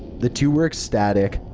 the two were ecstatic,